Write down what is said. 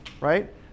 right